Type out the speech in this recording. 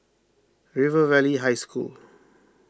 River Valley High School